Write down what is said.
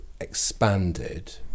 expanded